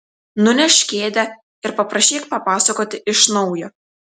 nunešk kėdę ir paprašyk papasakoti iš naujo